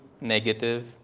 negative